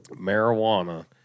marijuana